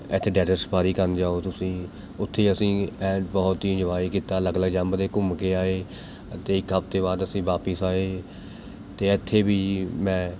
ਇੱਥੇ desert safari ਕਰਨ ਜਾਓ ਤੁਸੀਂ ਉੱਥੇ ਅਸੀਂ ਐਨ ਬਹੁਤ ਹੀ ਇੰਜੋਏ ਕੀਤਾ ਅਲੱਗ ਅਲੱਗ ਜੰਬ 'ਤੇ ਘੁੰਮ ਕੇ ਆਏ ਅਤੇ ਇੱਕ ਹਫਤੇ ਬਾਅਦ ਅਸੀਂ ਵਾਪਸ ਆਏ ਅਤੇ ਇੱਥੇ ਵੀ ਮੈਂ